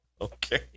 Okay